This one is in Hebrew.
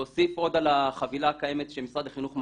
להוסיף עוד על החבילה הקיימת שמשרד החינוך מעניק,